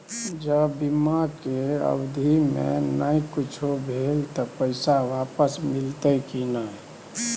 ज बीमा के अवधि म नय कुछो भेल त पैसा वापस मिलते की नय?